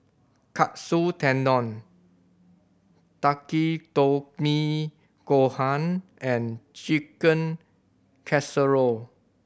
Katsu Tendon Takikomi Gohan and Chicken Casserole